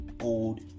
old